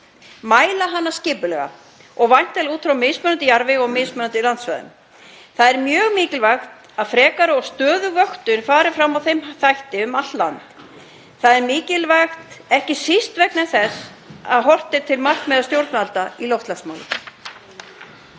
mæla hana skipulega og væntanlega út frá mismunandi jarðvegi og mismunandi landsvæðum. Það er mjög mikilvægt að frekari og stöðug vöktun fari fram á þeim þætti um allt land. Það er mikilvægt, ekki síst vegna þess að horft er til markmiða stjórnvalda í loftslagsmálum.